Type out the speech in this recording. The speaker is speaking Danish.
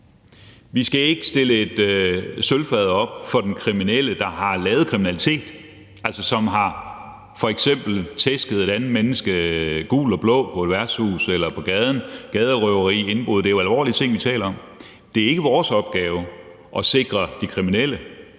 Vi skal ikke stille et sølvfad frem for den kriminelle, der har lavet kriminalitet, altså som f.eks. har tæsket et andet menneske gul og blå på et værtshus eller på gaden; gaderøveri, indbrud, det er jo alvorlige ting, vi taler om. Det er ikke vores opgave at sikre de kriminelle.